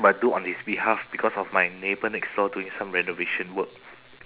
but do on his behalf because of my neighbour next door doing some renovation work